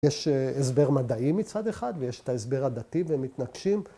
‫יש הסבר מדעי מצד אחד, ‫ויש את ההסבר הדתי ומתנגשים.